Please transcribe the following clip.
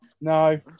No